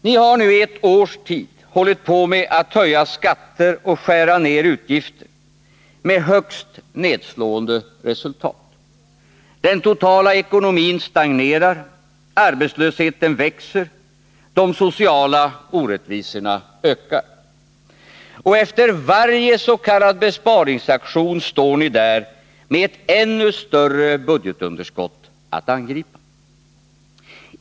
Ni har nu i ett års tid hållit på med att höja skatter och skära ner utgifter med högst nedslående resultat — den totala ekonomin stagnerar, arbetslösheten växer, de sociala orättvisorna ökar. Och efter varje s.k. besparingsaktion står ni där med ett ännu större budgetunderskott att angripa.